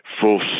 full